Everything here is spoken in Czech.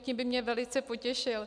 Tím by mě velice potěšil.